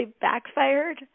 backfired